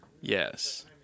Yes